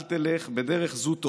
אל תלך, בדרך זו תועים.